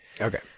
okay